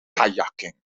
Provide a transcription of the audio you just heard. kayaking